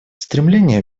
стремление